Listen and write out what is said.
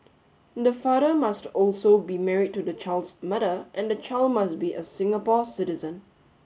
the father must also be married to the child's mother and the child must be a Singapore citizen